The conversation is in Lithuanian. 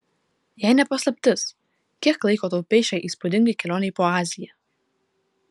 jei ne paslaptis kiek laiko taupei šiai įspūdingai kelionei po aziją